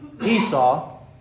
Esau